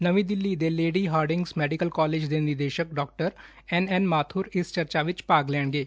ਨਵੀਂ ਦਿੱਲੀ ਦੇ Lady Hardinge's Medical College ਦੇ ਨਿਦੇਸ਼ਕ ਡਾਕਟਰ ਐਨ ਐਨ ਮਾਥੁਰ ਇਸ ਚਰਚਾ ਵਿਚ ਭਾਗ ਲੈਣਗੇ